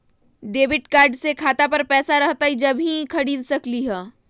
Debit card से खाता पर पैसा रहतई जब ही खरीद सकली ह?